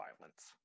violence